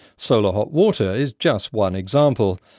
solar hot water is just one example.